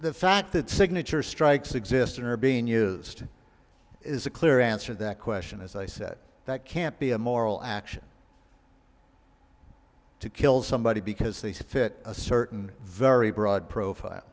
the fact that signature strikes exist and are being used is a clear answer that question as i said that can't be a moral action to kill somebody because they fit a certain very broad profile